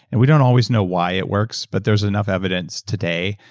and we don't always know why it works, but there's enough evidence today,